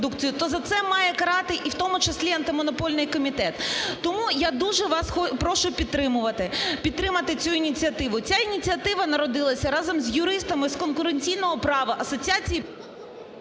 то за це має карати і в тому числі Антимонопольний комітет. Тому я дуже вас прошу підтримувати, підтримати цю ініціативу. Ця ініціатива народилася разом з юристами з конкуренційного права Асоціації…